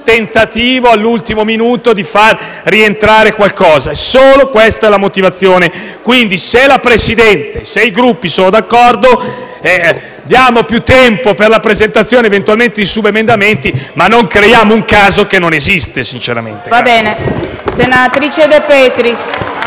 tentativo dell'ultimo minuto di far rientrare qualcosa. Solo questa è la motivazione. Quindi, se la Presidenza e i Gruppi sono d'accordo, diamo più tempo per la presentazione di eventuali subemendamenti, ma non creiamo un caso che, sinceramente, non esiste.